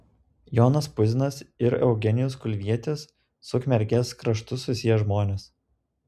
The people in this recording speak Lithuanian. jonas puzinas ir eugenijus kulvietis su ukmergės kraštu susiję žmonės